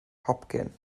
hopcyn